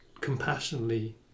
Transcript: compassionately